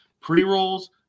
pre-rolls